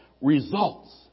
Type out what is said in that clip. results